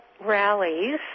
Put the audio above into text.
rallies